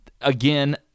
Again